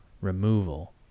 removal